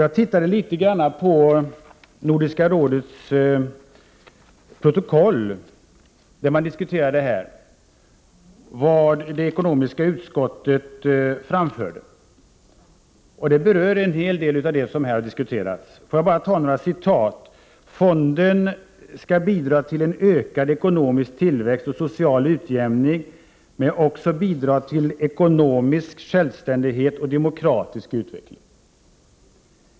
Jag tittade litet grand i Nordiska rådets protokoll för att se vad det ekonomiska utskottet framförde. Det berör en hel del av det som här diskuterats. Jag tar några citat ur protokollet: Fonden ”skall alltså bidra till en ökad ekonomisk tillväxt och social utjämning men också bidra till ekonomisk självständighet och demokratisk utveckling.